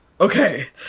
Okay